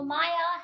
Maya